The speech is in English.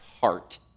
heart